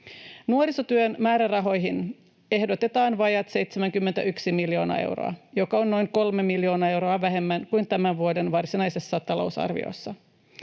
Liikuntatoimen määrärahoihin ehdotetaan vajaat 155 miljoonaa euroa, joka on noin 11 miljoonaa euroa vähemmän kuin tämän vuoden varsinaisessa talousarviossa.